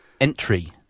entry